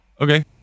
Okay